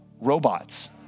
robots